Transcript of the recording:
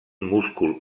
múscul